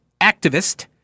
activist